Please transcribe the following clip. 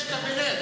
יש קבינט.